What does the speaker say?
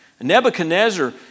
Nebuchadnezzar